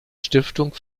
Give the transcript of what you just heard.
stiftung